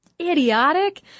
idiotic